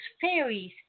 fairies